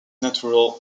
natural